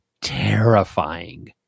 terrifying